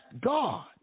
God